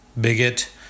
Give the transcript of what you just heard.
bigot